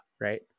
right